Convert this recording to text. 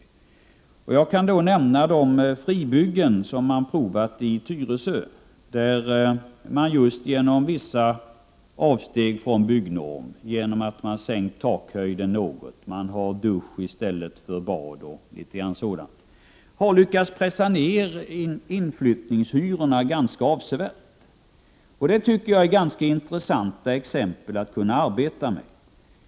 Jag kan för min del nämna att man i de fribyggen som skett i Tyresö, där man just genom vissa avsteg från byggnormen — man har sänkt takhöjden något, man har installerat dusch i stället för bad o.d. — lyckats pressa ner inflyttningshyrorna ganska avsevärt. Detta tycker jag är intressanta exempel, som man kan arbeta med.